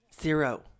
Zero